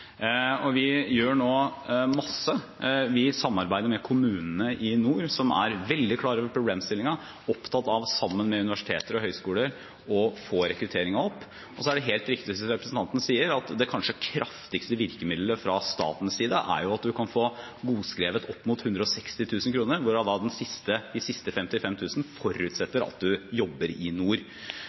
Vi gjør nå masse, vi samarbeider med kommunene i nord, som er veldig klar over problemstillingen og opptatt av – sammen med universitet og høyskoler – å øke rekrutteringen. Så er det helt riktig som representanten sier, at det kanskje kraftigste virkemidlet fra statens side er at man kan få godskrevet opp mot 160 000 kr, hvorav de siste 55 000 kr forutsetter at man jobber i nord.